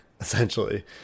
Essentially